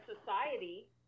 society